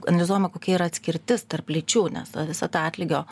anizuojama kokia yra atskirtis tarp lyčių nes ta visa ta atlygio